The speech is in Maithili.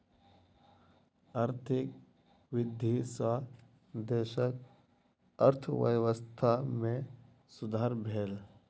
आर्थिक वृद्धि सॅ देशक अर्थव्यवस्था में सुधार भेल